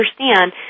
understand